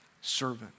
servant